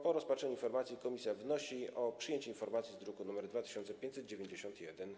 Po rozpatrzeniu informacji komisja wnosi o przyjęcie informacji z druku nr 2591.